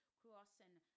crossing